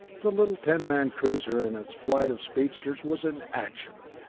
the little ten-man cruiser and its flight of speedsters was in action!